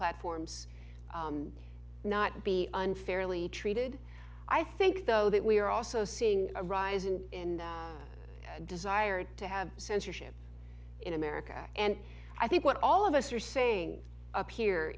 platforms not be unfairly treated i think though that we are also seeing a rise in desire to have censorship in america and i think what all of us are saying here